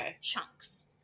chunks